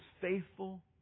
faithful